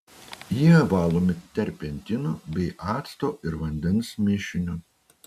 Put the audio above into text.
jie valomi terpentinu bei acto ir vandens mišiniu